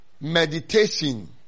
meditation